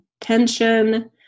tension